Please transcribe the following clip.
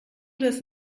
das